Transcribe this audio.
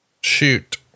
Shoot